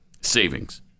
savings